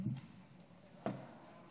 חבר הכנסת קריב, זה ביני לבינך.